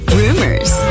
rumors